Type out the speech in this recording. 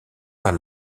par